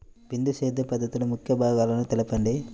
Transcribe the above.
బిందు సేద్య పద్ధతిలో ముఖ్య భాగాలను తెలుపండి?